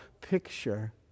picture